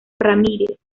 ramírez